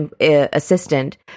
assistant